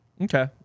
Okay